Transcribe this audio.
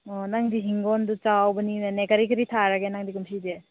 ꯑꯣ ꯅꯪꯗꯤ ꯍꯤꯡꯒꯣꯟꯗꯣ ꯆꯥꯎꯕꯅꯤꯅꯅꯦ ꯀꯔꯤ ꯀꯔꯤ ꯊꯔꯒꯦ ꯅꯪꯗꯤ ꯀꯨꯝꯁꯤꯁꯦ